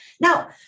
Now